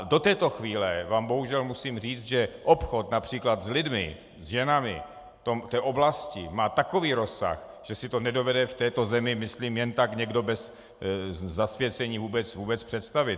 Do této chvíle vám bohužel musím říci, že obchod například s lidmi, s ženami, má v té oblasti takový rozsah, že si to nedovede v této zemi, myslím, jen tak někdo bez zasvěcení vůbec představit.